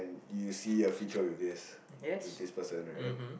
you see a future with this with this person right